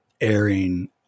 airing